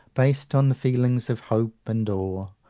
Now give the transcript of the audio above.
based on the feelings of hope and awe,